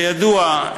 כידוע,